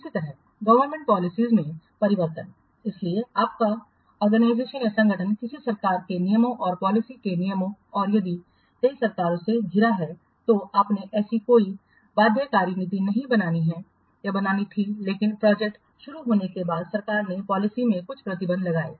इसी तरह government policy में परिवर्तन इसलिए आपका संगठन किसी सरकार के नियमों और पॉलिसी के नियमों और यदि कोई सरकार से घिरा हुआ है तो आपने ऐसी कोई बाध्यकारी नीति नहीं बनानी थी लेकिन प्रोजेक्ट शुरू होने के बाद सरकार ने पॉलिसीज में कुछ प्रतिबंध लगाए